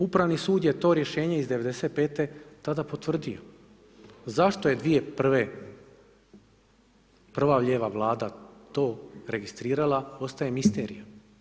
Upravni sud je to rješenje iz '95. tada potvrdio, zašto je 2001. prva lijeva vlada to registrirala ostaje misterija.